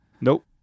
Nope